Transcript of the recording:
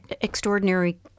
extraordinary